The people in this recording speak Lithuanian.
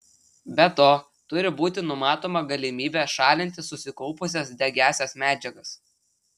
be to turi būti numatoma galimybė šalinti susikaupusias degiąsias medžiagas